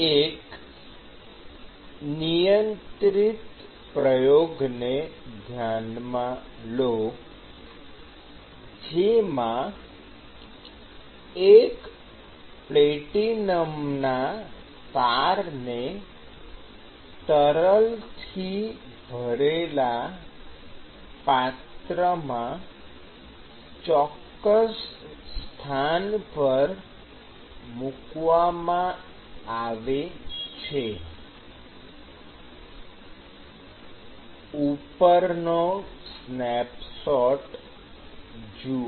એક નિયંત્રિત પ્રયોગને ધ્યાનમાં લો જેમાં એક પ્લેટિનમના તારને તરલથી ભરેલા પાત્રમાં ચોક્કસ સ્થાન પર મૂકવામાં આવે છે ઉપરનો સ્નેપશોટ જુઓ